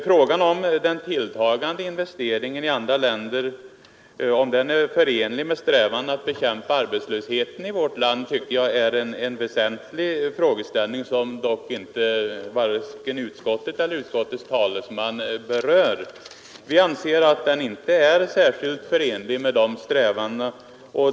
Frågan huruvida de tilltagande investeringarna i andra länder är förenliga med strävandena att bekämpa arbetslösheten i vårt land är en väsentlig frågeställning, som dock varken utskottet eller utskottets talesman berör. Vi anser att utlandsinvesteringarna inte är särskilt förenliga med de strävandena.